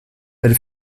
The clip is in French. elle